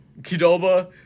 kidoba